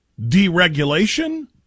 deregulation